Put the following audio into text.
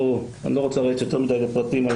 אני לא רוצה לרדת יותר מדי לפרטים על